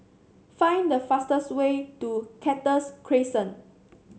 find the fastest way to Cactus Crescent